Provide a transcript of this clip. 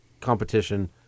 competition